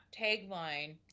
tagline